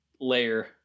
layer